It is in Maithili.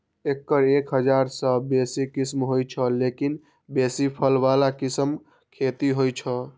एकर एक हजार सं बेसी किस्म होइ छै, लेकिन बेसी फल बला किस्मक खेती होइ छै